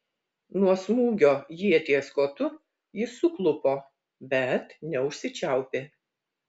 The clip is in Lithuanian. nuo smūgio ieties kotu jis suklupo bet neužsičiaupė